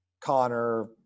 Connor